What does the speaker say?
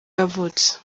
yavutse